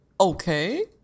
Okay